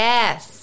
Yes